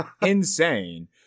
insane